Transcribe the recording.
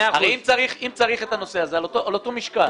הרי אם צריך את הנושא הזה על אותו משקל,